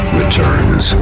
returns